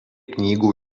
knygų